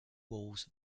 walls